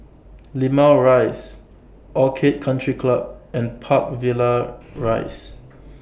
Limau Rise Orchid Country Club and Park Villas Rise